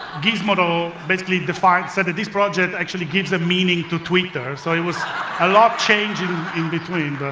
gizmodo basically defined, said that this project actually gives a meaning to twitter, so it was a lot changed in in between.